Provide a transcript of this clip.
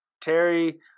Terry